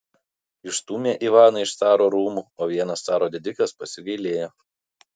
išstūmė ivaną iš caro rūmų o vienas caro didikas pasigailėjo